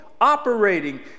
operating